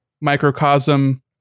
microcosm